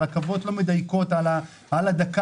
הרכבות לא מדייקות על הדקה,